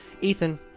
Ethan